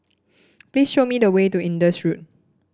please show me the way to Indus Road